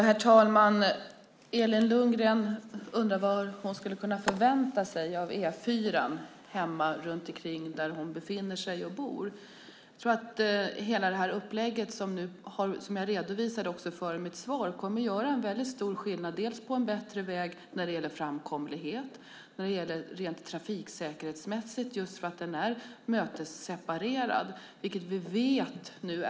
Herr talman! Elin Lundgren undrar vad hon kan förvänta sig av E4:an hemma runt omkring där hon befinner sig och bor. Jag tror att hela det upplägg som jag redovisade för i mitt svar kommer att göra en stor skillnad. Det handlar om en bättre väg när det gäller framkomlighet och rent trafiksäkerhetsmässigt just för att den är mötesseparerad.